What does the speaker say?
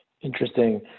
Interesting